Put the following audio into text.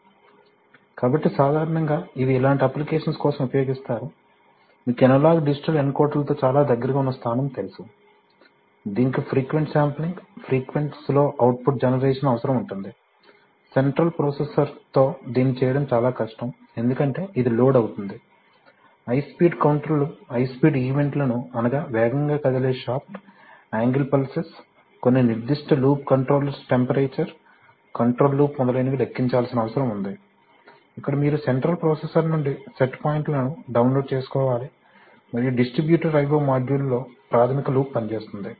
కాబట్టి సాధారణంగా ఇవి ఇలాంటి అప్లికేషన్స్ కోసం ఉపయోగిస్తారు మీకు అనలాగ్ డిజిటల్ ఎన్కోడర్లతో చాలా దగ్గరగా ఉన్న స్థానం తెలుసు దీనికి frequent sampling frequent slow output generation అవసరం ఉంటుంది సెంట్రల్ ప్రొసెసర్తో దీన్ని చేయడం చాలా కష్టం ఎందుకంటే ఇది లోడ్ అవుతుంది హై స్పీడ్ కౌంటర్లు హై స్పీడ్ ఈవెంట్లను అనగా వేగంగా కదిలే షాఫ్ట్ యాంగిల్ పల్సెస్ కొన్ని నిర్దిష్ట loop controllers temperature control loop మొదలైనవి లెక్కించాల్సిన అవసరం ఉంది ఇక్కడ మీరు సెంట్రల్ ప్రొసెసర్ నుండి సెట్ పాయింట్లను డౌన్లోడ్ చేసుకోవాలి మరియు డిస్ట్రిబ్యూటర్ I O మాడ్యూల్లో ప్రాథమిక లూప్ పనిచేస్తుంది